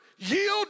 Yield